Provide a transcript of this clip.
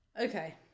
Okay